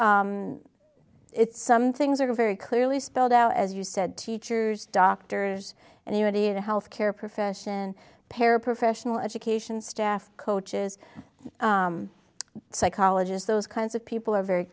it's some things are very clearly spelled out as you said teachers doctors and unity the health care profession paraprofessional education staff coaches psychologist those kinds of people are very